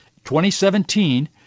2017